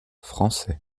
français